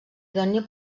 idoni